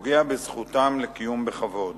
ופוגע בזכותן לקיום בכבוד.